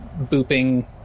booping